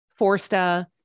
Forsta